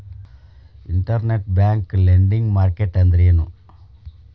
Internet bank lending market ಅಂದ್ರೇನು?